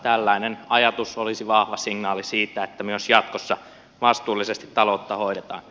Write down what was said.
tällainen ajatus olisi vahva signaali siitä että myös jatkossa vastuullisesti taloutta hoidetaan